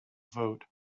vote